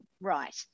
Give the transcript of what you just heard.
right